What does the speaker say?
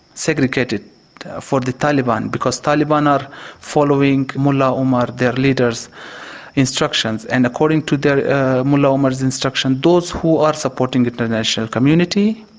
segregated for the taliban because taliban are following mullah omar their leader's instructions, and according to mullah omar's instructions those who are supporting the international community,